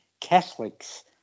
Catholics